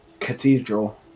cathedral